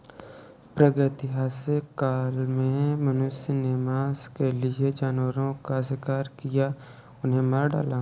प्रागैतिहासिक काल से मनुष्य ने मांस के लिए जानवरों का शिकार किया, उन्हें मार डाला